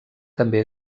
també